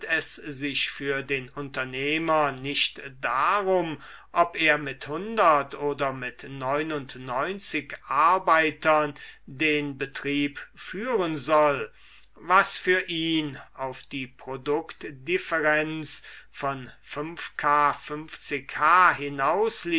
es sich für den unternehmer nicht darum ob er mit oder mit arbeitern den betrieb führen soll was für ihn auf die produktdifferenz von